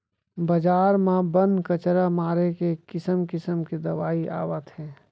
बजार म बन, कचरा मारे के किसम किसम के दवई आवत हे